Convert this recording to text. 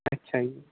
ਅੱਛਾ ਜੀ